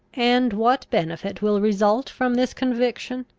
and what benefit will result from this conviction?